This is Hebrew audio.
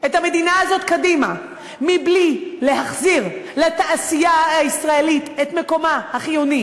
את המדינה הזאת קדימה מבלי להחזיר לתעשייה הישראלית את מקומה החיוני